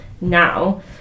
now